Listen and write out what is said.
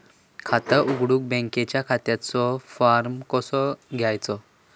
खाता उघडुक बँकेच्या खात्याचो फार्म कसो घ्यायचो?